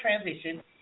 transition